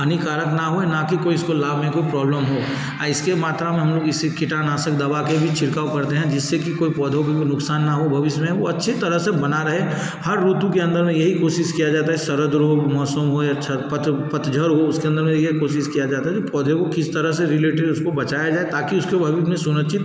हानिकारक ना हो ना कि कोई इसको लाभ में कोई प्रॉब्लम हो इसके मात्रा में हम लोग इससे कीटानाशक दवा के भी छिड़काव करते हैं जिससे कि कोई पौधों को वो नुकसान ना हो भविष्य में वो अच्छे तरह से बना रहे हर ऋतु के अंदर में यही कोशिश किया जाता है शरद हो मानसून हो या पतझड़ हो इसके अंदर में ये कोशिश किया जाता है जो पौधे को किस तरह से रिलेटेड उसको बचाया जाए ताकि उसके बारे में सुनिश्चित